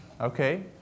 Okay